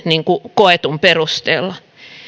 koetun perusteella